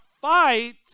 fight